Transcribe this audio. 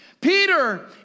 Peter